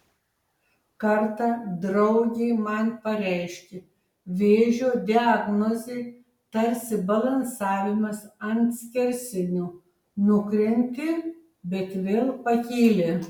kartą draugė man pareiškė vėžio diagnozė tarsi balansavimas ant skersinio nukrenti bet vėl pakyli